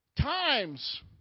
Times